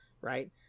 right